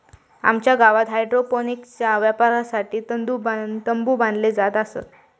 आमच्या गावात हायड्रोपोनिक्सच्या वापरासाठी तंबु बांधले जात असत